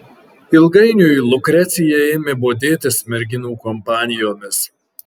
ilgainiui lukrecija ėmė bodėtis merginų kompanijomis